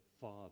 Father